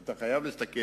אתה חייב להסתכל